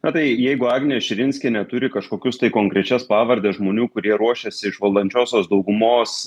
na tai jeigu agnė širinskienė turi kažkokius tai konkrečias pavardes žmonių kurie ruošiasi iš valdančiosios daugumos